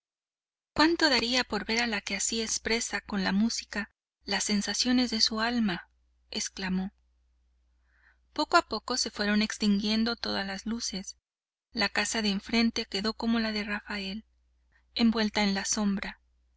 cuánto daría por ver a la que así expresa con la música las sensaciones de su alma exclamó poco a poco se fueron extinguiendo todas las luces la casa de enfrente quedó como la de rafael envuelta en la sombra